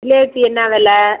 ஜிலேபி என்னா வில